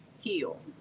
heal